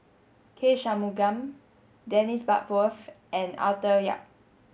K Shanmugam Dennis Bloodworth and Arthur Yap